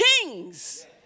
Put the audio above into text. kings